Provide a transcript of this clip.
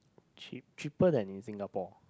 cheap cheaper than in Singapore